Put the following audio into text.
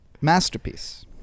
masterpiece